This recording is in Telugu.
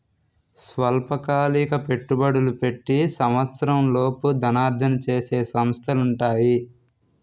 స్వల్పకాలిక పెట్టుబడులు పెట్టి సంవత్సరంలోపు ధనార్జన చేసే సంస్థలు ఉంటాయి